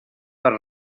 per